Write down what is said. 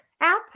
app